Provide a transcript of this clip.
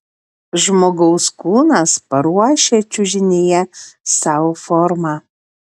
žmogaus kūnas paruošia čiužinyje sau formą